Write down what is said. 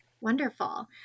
Wonderful